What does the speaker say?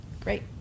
Great